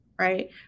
right